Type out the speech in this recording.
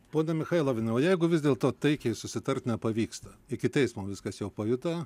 ponia michailoviene o jeigu vis dėlto taikiai susitart nepavyksta iki teismo viskas jau pajuda